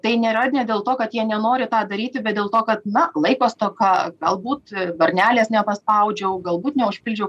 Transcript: tai nėra ne dėl to kad jie nenori tą daryti bet dėl to kad na laiko stoka galbūt varnelės nepaspaudžiau galbūt neužpildžiau